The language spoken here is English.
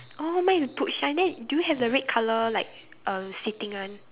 oh mine is boot shine then do you have the red colour like uh sitting one